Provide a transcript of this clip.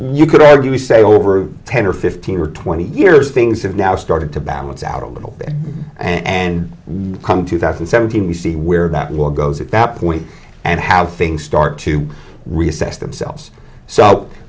you could argue say over ten or fifteen or twenty years things have now started to balance out a little bit and come two thousand and seventeen we see where that will goes at that point and how things start to reassess themselves so